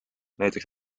näiteks